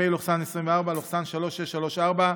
פ/3634/24,